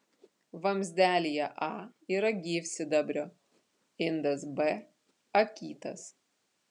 vamzdelyje a yra gyvsidabrio indas b akytas